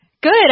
Good